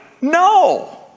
No